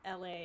la